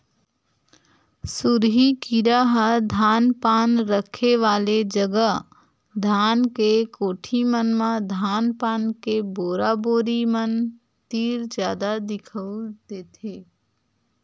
सुरही कीरा ह धान पान रखे वाले जगा धान के कोठी मन म धान पान के बोरा बोरी मन तीर जादा दिखउल देथे